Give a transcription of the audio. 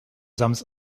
sams